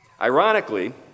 Ironically